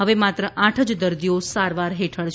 હવે માત્ર આઠ જ દર્દીઓ સારવાર હેઠળ છે